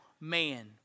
man